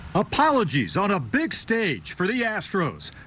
apologies on a big stage for the astros.